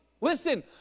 Listen